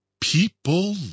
people